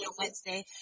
wednesday